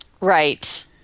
right